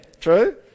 true